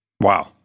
Wow